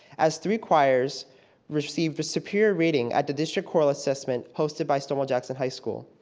as three choirs received a superior rating at the district choral assessment hosted by stonewall jackson high school.